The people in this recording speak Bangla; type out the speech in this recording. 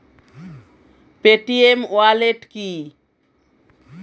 পেটিএম ওয়ালেট কি?